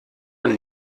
man